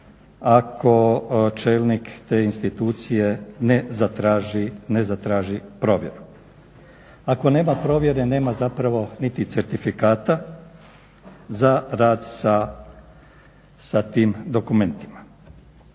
ako čelnik te institucije ne zatraži provjeru. Ako nema provjere nema zapravo niti certifikata za rad sa tim dokumentima.